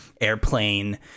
airplane